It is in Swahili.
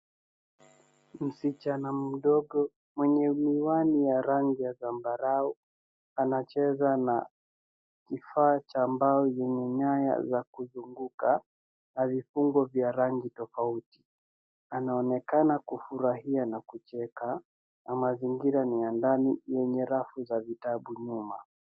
Msichana mdogo mwenye miwani ya rangi ya zambarau anacheza na kifaa cha mbao zenye nyaya za kuzunguka na vifungo vya rangi tofauti. Anaonekana kufurahia na kucheka na mazingira ni ya ndani yenye rafu za vitabu nyuma.